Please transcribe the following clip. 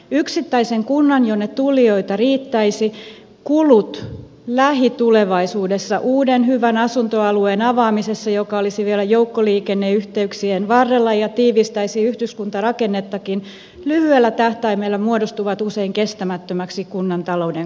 yksittäisen kunnan jonne tulijoita riittäisi kulut lähitulevaisuudessa uuden hyvän asuntoalueen avaamisessa joka olisi vielä joukkoliikenneyhteyksien varrella ja tiivistäisi yhdyskuntarakennettakin lyhyellä tähtäimellä muodostuvat usein kestämättömäksi kunnan talouden kannalta